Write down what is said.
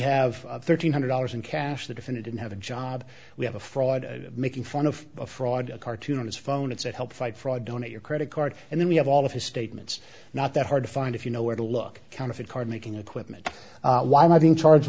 have thirteen hundred dollars in cash the defendant and have a job we have a fraud making fun of a fraud a cartoon on his phone and said help fight fraud donate your credit card and then we have all of his statements not that hard to find if you know where to look counterfeit card making equipment why am i being charged